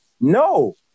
No